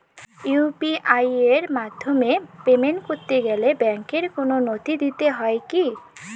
UPI এর মাধ্যমে payment করতে গেলে ব্যাংকের কোন নথি দিতে হয় কি?